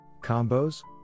Combos